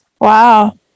Wow